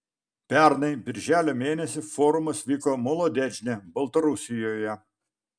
pernai birželio mėnesį forumas vyko molodečne baltarusijoje